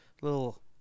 little